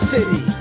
City